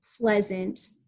pleasant